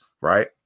right